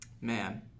Man